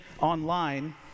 online